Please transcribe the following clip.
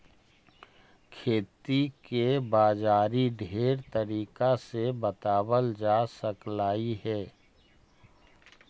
खेती के बाजारी ढेर तरीका से बताबल जा सकलाई हे